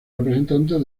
representantes